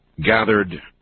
gathered